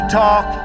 talk